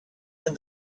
and